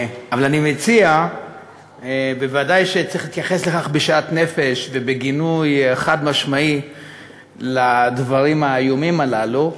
ודאי שצריך להתייחס בשאט-נפש ובגינוי חד-משמעי לדברים האיומים הללו,